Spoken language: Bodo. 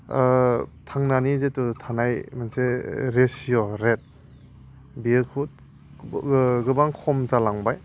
थांनानै जितु थानाय मोनसे रेसिय' रेट बेखौ गोबां खम जालांबाय